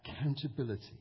accountability